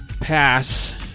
pass